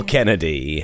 Kennedy